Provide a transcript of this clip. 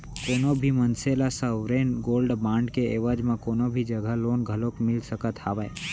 कोनो भी मनसे ल सॉवरेन गोल्ड बांड के एवज म कोनो भी जघा लोन घलोक मिल सकत हावय